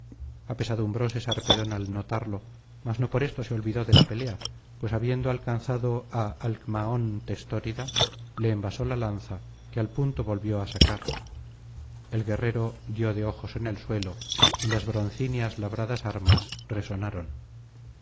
apesadumbróse sarpedón al notarlo mas no por esto se olvidó de la pelea pues habiendo alcanzado á alcmaón testórida le envasó la lanza que al punto volvió á sacar el guerrero dio de ojos en el suelo y las broncíneas labradas armas resonaron